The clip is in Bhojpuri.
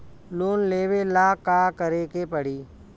लोन लेबे ला का करे के पड़ी?